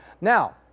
Now